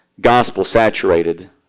gospel-saturated